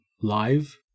live